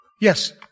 Yes